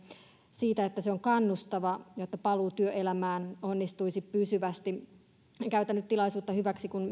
siitä että se on kannustava jotta paluu työelämään onnistuisi pysyvästi käytän nyt tilaisuutta hyväkseni kun